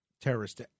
terrorist